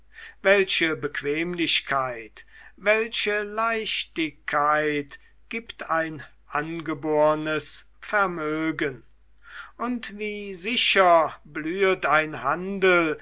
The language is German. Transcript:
welche bequemlichkeit welche leichtigkeit gibt ein angebornes vermögen und wie sicher blühet ein handel